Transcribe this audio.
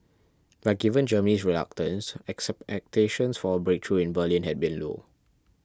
but given Germany's reluctance for a breakthrough in Berlin had been low